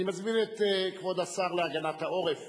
אני מזמין את כבוד השר להגנת העורף